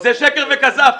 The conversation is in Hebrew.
זה שקר וכזב.